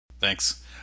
Thanks